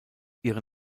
ihre